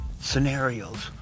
scenarios